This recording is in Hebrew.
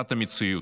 ובתפיסת המציאות,